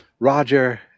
roger